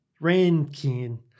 Rankin